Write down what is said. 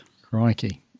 Crikey